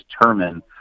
determine